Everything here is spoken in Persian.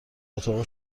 اتاق